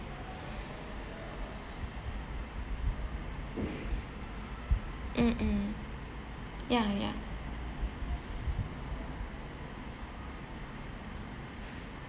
mm mm ya ya